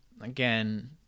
again